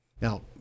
Now